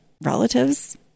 relatives